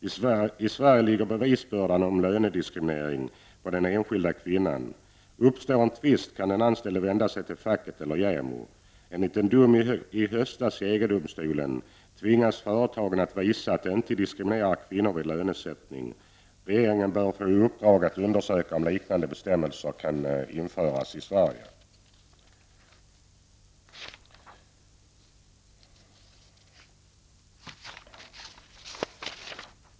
I Sverige ligger bevisbördan när det gäller lönediskriminering på den enskilda kvinnan. Uppstår det en tvist kan den anställde vända sig till facket eller JämO. Enligt en dom i höstas i EG domstolen tvingas företagen att visa att de inte diskriminerar kvinnor vid lönesättning. Regeringen bör få i uppdrag att undersöka om liknande bestämmelser kan införas i Sverige.